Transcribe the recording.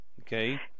okay